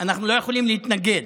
אנחנו לא יכולים להתנגד.